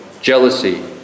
jealousy